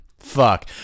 Fuck